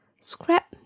scrap